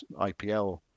IPL